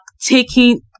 taking